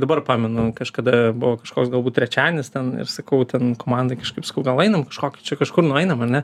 dabar pamenu kažkada buvo kažkoks galbūt trečiadienis ten ir sakau ten komandai kažkaip sakau gal einam kažkokį čia kažkur nueinam ar ne